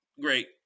great